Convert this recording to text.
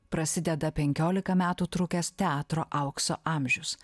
prasideda penkiolika metų trukęs teatro aukso amžius